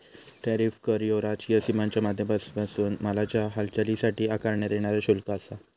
tariff कर ह्यो राजकीय सीमांच्या माध्यमांपासून मालाच्या हालचालीसाठी आकारण्यात येणारा शुल्क आसा